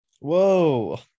Whoa